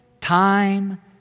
time